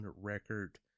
record